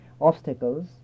obstacles